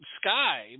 Sky